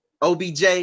OBJ